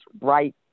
right